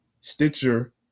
Stitcher